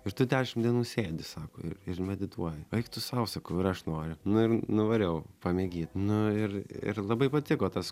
ir tu dešim dienų sėdi sako ir ir medituoji eik tu sau sakau ir aš noriu nu ir nuvariau pamėgyt nu ir ir labai patiko tas